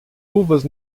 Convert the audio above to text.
luvas